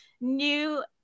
new